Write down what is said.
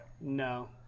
No